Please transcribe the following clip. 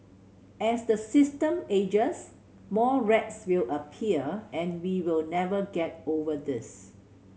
as the system ages more rats will appear and we will never get over this